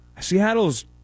Seattle's